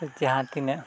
ᱛᱚ ᱡᱟᱦᱟᱸ ᱛᱤᱱᱟᱹᱜ